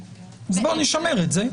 אז בוא נשמר את זה.